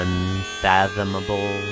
Unfathomable